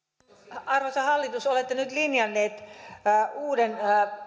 arvoisa hallitus olette nyt linjanneet uuden